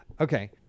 okay